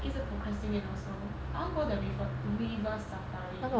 一直 procrastinate also I want go the river river safari